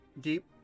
deep